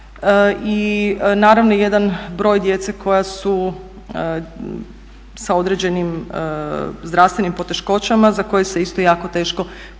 I naravno jedan broj djece koja su sa određenim zdravstvenim poteškoćama za koje se isto jako teško pronalaze